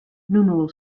numeral